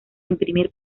imprimir